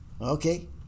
Okay